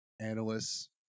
analysts